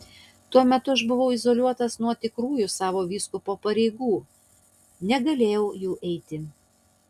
tuo metu aš buvau izoliuotas nuo tikrųjų savo vyskupo pareigų negalėjau jų eiti